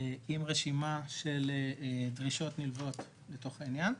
עם רשימה של דרישות נלוות לצורך הענין,